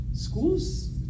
School's